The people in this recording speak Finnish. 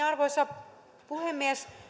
arvoisa puhemies